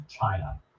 China